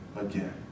again